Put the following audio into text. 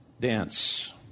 dance